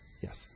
yes